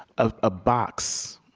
ah a box,